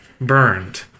burned